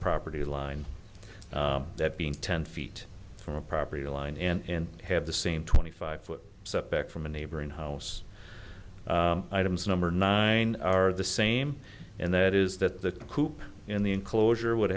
property line that being ten feet from a property line and have the same twenty five foot setback from a neighboring house items number nine are the same and that is that the coop in the enclosure would